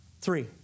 Three